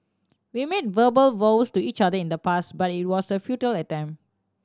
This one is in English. we made verbal vows to each other in the past but it was a futile attempt